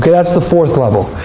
that's the fourth level.